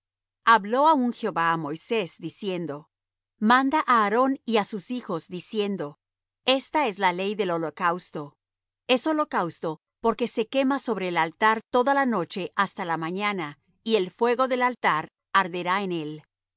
habló aún jehová á moisés diciendo manda á aarón y á sus hijos diciendo esta es la ley del holocausto es holocausto porque se quema sobre el altar toda la noche hasta la mañana y el fuego del altar arderá en él